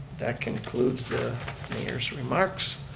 that concludes the mayor's remarks.